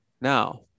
Now